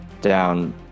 down